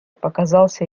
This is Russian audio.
показался